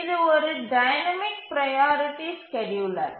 இது ஒரு dynamic priority scheduler